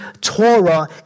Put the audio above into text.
Torah